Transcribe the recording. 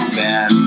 bad